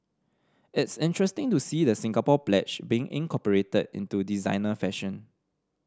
it's interesting to see the Singapore Pledge being incorporated into designer fashion